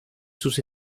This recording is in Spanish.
sus